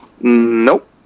Nope